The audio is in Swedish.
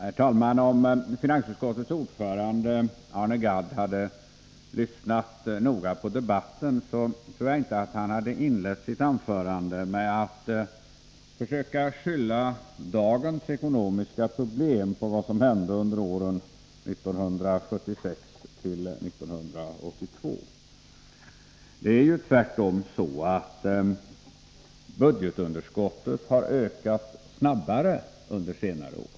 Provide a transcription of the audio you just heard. Herr talman! Om finansutskottets ordförande Arne Gadd hade lyssnat noga på debatten tror jag inte att han hade inlett sitt anförande med att försöka skylla dagens ekonomiska problem på vad som hände under åren 1976-1982. Budgetunderskottet har ju tvärtom ökat snabbare under senare år.